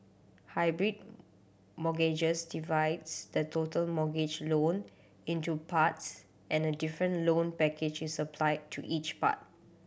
hybrid mortgages divides the total mortgage loan into parts and a different loan package is applied to each part